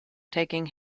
taking